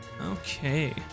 Okay